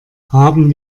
haben